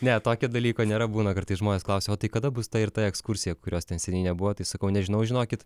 ne tokio dalyko nėra būna kartais žmonės klausia o tai kada bus ta ir ta ekskursija kurios ten seniai nebuvo tai sakau nežinau žinokit